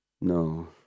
no